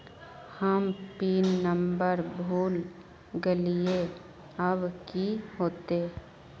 हम pin number भूल गलिऐ अब की होते?